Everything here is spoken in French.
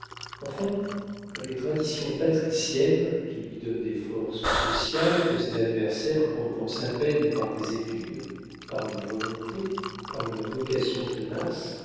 enfin les traditions patriciennes qui lui donnent des forces sociales que ses adversaires compensent à peine par des études par une volonté par une vocation tenaces